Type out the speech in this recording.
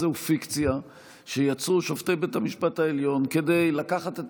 הוא פיקציה שיצרו שופטי בית המשפט העליון כדי לקחת את